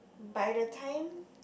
by the time